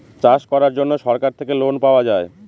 চাষ করার জন্য সরকার থেকে লোন পাওয়া যায়